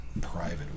private